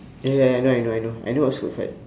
eh ya I know I know I know I know what's food fight